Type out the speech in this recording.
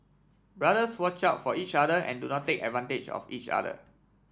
brothers watch out for each other and do not take advantage of each other